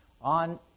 on